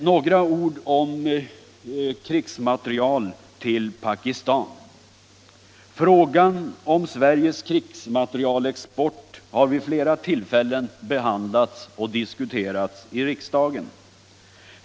Några ord om krigsmateriel till Pakistan: Frågan om Sveriges krigsmaterielexport har vid flera tillfällen behandlats och diskuterats i riksdagen.